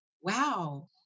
Wow